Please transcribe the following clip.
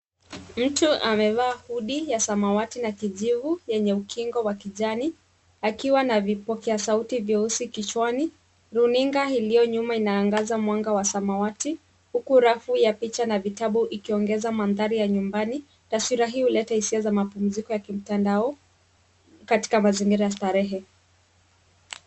Mtu amevaa hoodie ya samawati na kijivu yenye ukingo wa kijani akiwa na vipokeasauti vyeusi kichwani. Runinga iliyo nyuma inaangaza mwanga wa samawati huku rafu ya picha na vitabu ikiongeza mandhari ya nyumbani. Taswira hii huleta hisia za mapumziko ya kimtandao katika mazingira ya starehe.